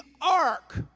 ark